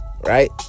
right